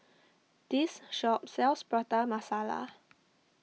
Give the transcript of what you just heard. this shop sells Prata Masala